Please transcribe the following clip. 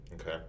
okay